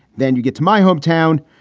then you get to my hometown,